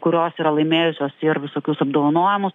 kurios yra laimėjusios ir visokius apdovanojimus